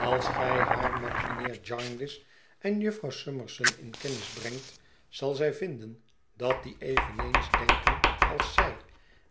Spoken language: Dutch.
als gij haar met mijnheer jarndyce en jufvrouw summerson in kennis brengt zal zij vinden dat die eveneens denken als zij